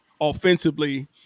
offensively